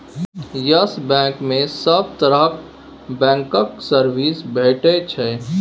yes Bank मे सब तरहक बैंकक सर्विस भेटै छै